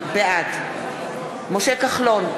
בעד משה כחלון,